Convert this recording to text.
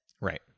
Right